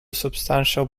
substantial